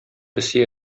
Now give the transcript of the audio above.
песи